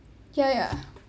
ya ya